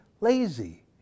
lazy